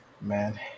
man